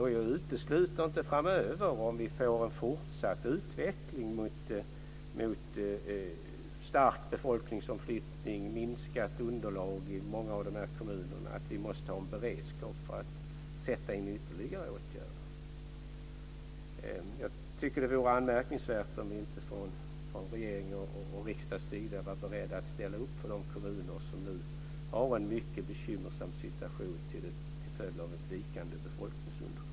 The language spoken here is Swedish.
Jag utesluter inte att vi måste ha en beredskap för att sätta in ytterligare åtgärder framöver om vi får en fortsatt utveckling mot en stark befolkningsomflyttning och ett minskat underlag i många av de här kommunerna. Jag tycker att det vore anmärkningsvärt om inte regering och riksdag vore beredda att ställa upp för de kommuner som nu har en mycket bekymmersam situation till följd av ett vikande befolkningsunderlag.